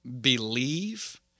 believe